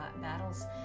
battles